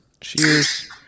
Cheers